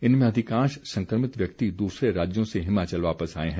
इनमें अधिकांश संकमित व्यक्ति दूसरे राज्यों से हिमाचल वापिस आए हैं